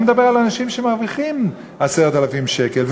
אני מדבר על אנשים שמרוויחים 10,000 שקל,